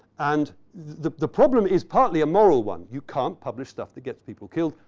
and the the problem is partly a moral one. you can't publish stuff that gets people killed.